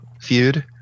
feud